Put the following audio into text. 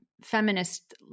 feminist